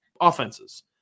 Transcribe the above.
offenses